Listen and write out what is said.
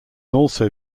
also